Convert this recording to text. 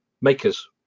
makers